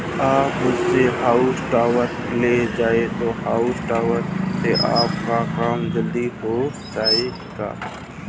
आप मुझसे हॉउल टॉपर ले जाएं हाउल टॉपर से आपका काम जल्दी हो जाएगा